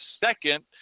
second